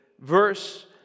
verse